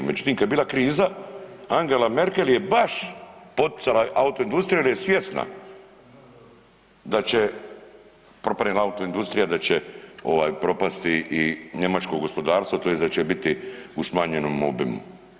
Međutim kad je bila kriza Angela Merkel je baš poticala autoindustriju jer je svjesna da će propadne li autoindustrija da će ovaj propasti i njemačko gospodarstvo tj. da će biti u smanjenom obimu.